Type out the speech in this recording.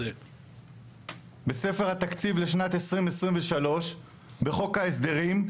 בספר התקציב לשנת 2023 בחוק ההסדרים,